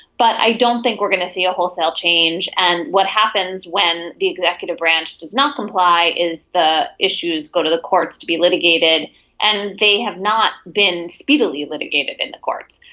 but i don't think we're going to see a wholesale change. and what happens when the executive branch does not comply is the issues go to the courts to be litigated and they have not been speedily litigated in the courts.